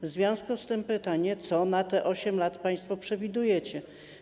W związku z tym pytanie: Co na te 8 lat państwo przewidujecie?